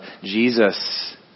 Jesus